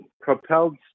propelled